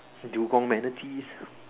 dugong manatees